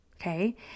okay